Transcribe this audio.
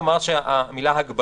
אני רק אומר שהמילה "הגבלה",